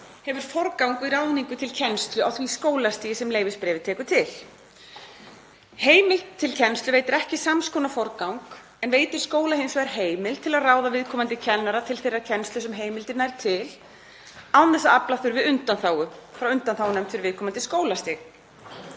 hefur forgang við ráðningu til kennslu á því skólastigi sem leyfisbréfið tekur til. Heimild til kennslu veitir ekki sams konar forgang en veitir skóla hins vegar heimild til að ráða viðkomandi kennara til þeirrar kennslu sem heimildin nær til án þess að afla þurfi undanþágu frá undanþágunefnd fyrir viðkomandi skólastig,